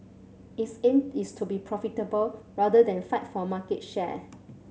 its aim is to be profitable rather than fight for market share